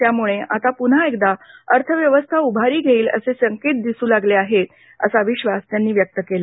त्यामुळे आता पुन्हा एकदा अर्थव्यवस्था उभारी घेईल असे संकेत दिसू लागले आहेत असा विश्वास त्यांनी व्यक्त केला